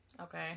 Okay